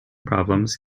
problems